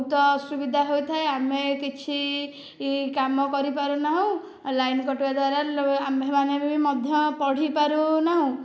ବହୁତ ଅସୁବିଧା ହୋଇଥାଏ ଆମେ କିଛି କାମ କରିପାରୁ ନାହୁଁ ଏ ଲାଇନ୍ କଟିବା ଦ୍ଵାରା ଆମ୍ଭେମାନେ ମଧ୍ୟ ପଢ଼ି ପାରୁନାହୁଁ